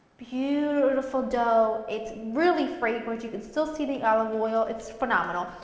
beautiful dough. it's really fragrant, you can still see the olive oil, it's phenomenal.